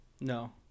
No